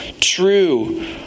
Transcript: true